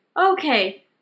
okay